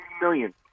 million